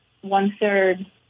one-third